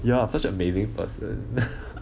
ya I'm such an amazing person